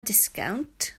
disgownt